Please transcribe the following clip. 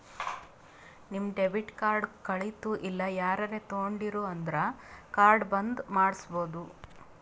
ನಿಮ್ debit card ಕಳಿತು ಇಲ್ಲ ಯಾರರೇ ತೊಂಡಿರು ಅಂದುರ್ ಕಾರ್ಡ್ ಬಂದ್ ಮಾಡ್ಸಬೋದು